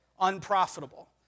unprofitable